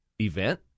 event